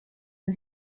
ein